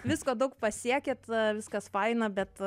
visko daug pasiekėt viskas faina bet